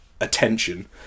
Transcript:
attention